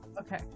Okay